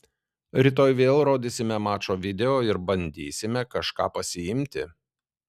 rytoj vėl rodysime mačo video ir bandysime kažką pasiimti